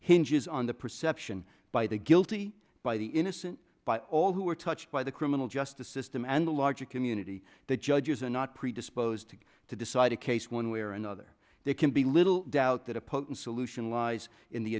hinges on the perception by the guilty by the innocent by all who were touched by the criminal justice system and the larger community that judges are not predisposed to decide a case one way or another they can be little doubt that a potent solution lies in the